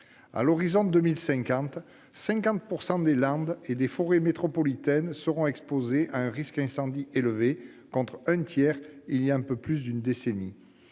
À l'horizon 2050, 50 % des landes et des forêts métropolitaines seront exposées à un risque incendie élevé, contre un tiers il y a un peu plus d'une décennie.